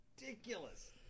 ridiculous